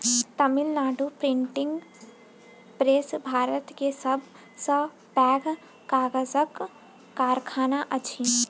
Tamil Nadu printing press Bharat के सब से पैघ कागजक कारखाना अछि